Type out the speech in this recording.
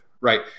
right